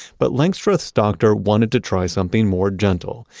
but langstroth's doctor wanted to try something more gentle.